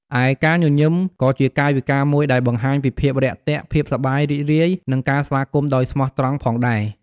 ឯការញញឹម ក៏ជាកាយវិការមួយដែលបង្ហាញពីភាពរាក់ទាក់ ភាពសប្បាយរីករាយ និងការស្វាគមន៍ដោយស្មោះត្រង់ផងដែរ។